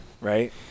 right